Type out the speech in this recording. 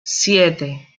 siete